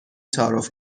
تعارف